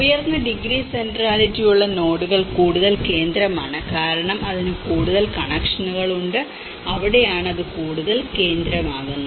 ഉയർന്ന degree centrality ഉള്ള നോഡുകൾ കൂടുതൽ കേന്ദ്രമാണ് കാരണം അതിന് കൂടുതൽ കണക്ഷനുകൾ ഉണ്ട് അവിടെയാണ് അത് കൂടുതൽ കേന്ദ്രമാകുന്നത്